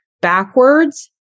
backwards